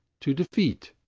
to defeat.